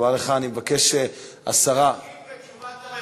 מסתפקים בתשובת הממשלה.